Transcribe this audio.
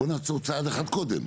צעד אחד קודם.